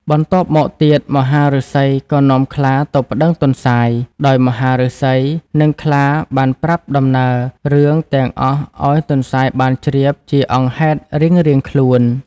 បន្ទាប់មកទៀតមហាឫសីក៏នាំខ្លាទៅប្តឹងទន្សាយ ដោយមហាឫសី និងខ្លាបានប្រាប់ដំណើរ រឿងទាំងអស់ឱ្យទន្សាយបានជ្រាបជាអង្គហេតុរៀងៗខ្លួន។